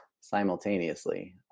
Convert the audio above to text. simultaneously